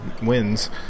wins